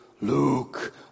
Luke